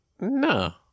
no